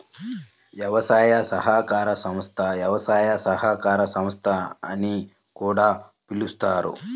వ్యవసాయ సహకార సంస్థ, వ్యవసాయ సహకార సంస్థ అని కూడా పిలుస్తారు